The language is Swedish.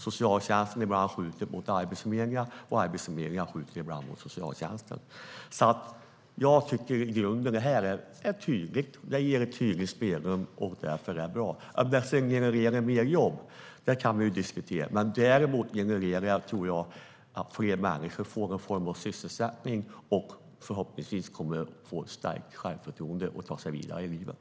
Socialtjänsten skjuter ibland problemet till Arbetsförmedlingen, och Arbetsförmedlingen skjuter det till socialtjänsten. Jag tycker att detta i grunden ger ett tydligt spelrum, och därför är det bra. Om det sedan genererar mer jobb kan vi ju diskutera, men jag tror att det gör att fler människor får någon form av sysselsättning. Förhoppningsvis får de då ett stärkt självförtroende och kan ta sig vidare i livet.